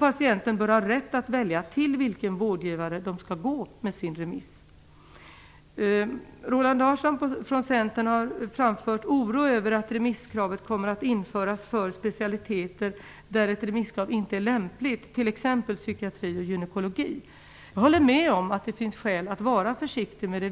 Patienterna bör ha rätt att välja till vilken vårdgivare de skall gå till med sin remiss. Roland Larsson från Centern har framfört oro över att remisskravet kommer att införas för specialiteter där ett remisskrav inte är lämpligt, t.ex. psykiatri och gynekologi. Jag håller med om att det finns skäl att vara försiktig med